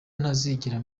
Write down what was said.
ntazigera